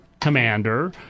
commander